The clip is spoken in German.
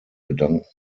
bedanken